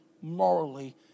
morally